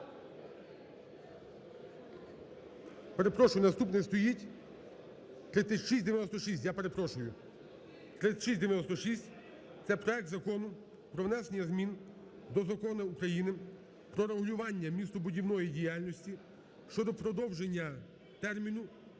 Перепрошую, наступний стоїть 3696, я перепрошую, 3696 – це проект Закону про внесення змін до Закону України "Про регулювання містобудівної діяльності" щодо продовження терміну